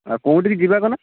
ଆଉ କୋଉଁଠିକୁ ଯିବା କୁହନା